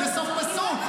זה סוף פסוק.